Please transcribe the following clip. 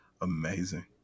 amazing